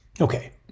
Okay